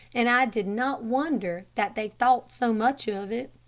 and i did not wonder that they thought so much of it.